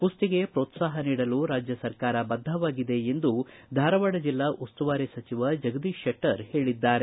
ಕುಸ್ತಿಗೆ ಪೋತ್ಸಾಹ ನೀಡಲು ರಾಜ್ಯ ಸರ್ಕಾರ ಬದ್ಧವಾಗಿದೆ ಎಂದು ಧಾರವಾಡ ಜಿಲ್ಲಾ ಉಸ್ತುವಾರಿ ಸಚಿವ ಜಗದೀಶ ಶೆಟ್ಟರ್ ಹೇಳಿದ್ದಾರೆ